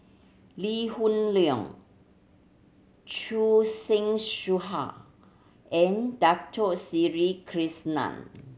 Lee Hoon Leong Choor Singh and Dato Sri Krishna